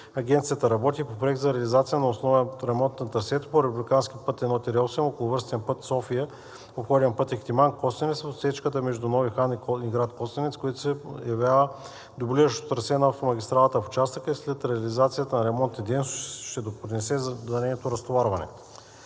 Агенцията работи по проект за реализация на основен ремонт на трасето по републикански път I-8, околовръстен път София – обходен път Ихтиман – Костенец в отсечката между Нови хан и град Костенец, което се явява дублиращото трасе на автомагистралата в участъка и след реализацията на ремонтните дейности ще допринесе за нейното разтоварване.